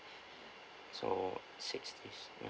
so six days ya